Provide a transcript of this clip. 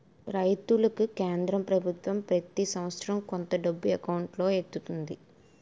రైతులకి కేంద్ర పభుత్వం ప్రతి సంవత్సరం కొంత డబ్బు ఎకౌంటులో ఎత్తంది